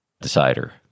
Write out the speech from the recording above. decider